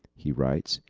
he writes.